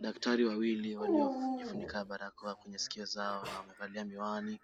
Daktari wawili waliojifunika barakoa kwenye sikio zao na wamevalia miwani.